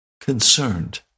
concerned